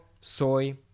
soy